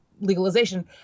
legalization